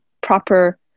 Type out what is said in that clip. proper